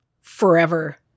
forever